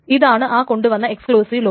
ഇതാണ് ആ കൊണ്ടുവന്ന എക്സ്ക്ലൂസീവ് ലോക്ക്